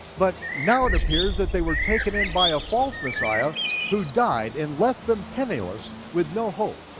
but now it appears that they were taken in by a false messiah who died and left them penniless with no hope.